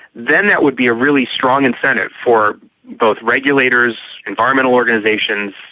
then that would be a really strong incentive for both regulators, environmental organisations,